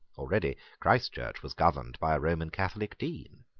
already christ church was governed by a roman catholic dean.